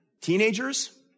Teenagers